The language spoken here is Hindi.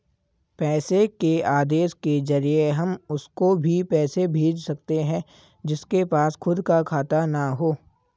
पैसे के आदेश के जरिए हम उसको भी पैसे भेज सकते है जिसके पास खुद का खाता ना हो